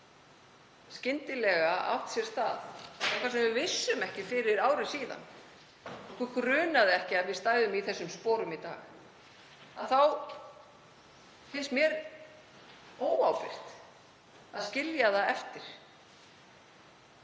skyndilega brostið á, eitthvað sem við vissum ekki fyrir ári síðan. Okkur grunaði ekki að við stæðum í þessum sporum í dag. Þá finnst mér óábyrgt að skilja það eftir.